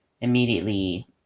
immediately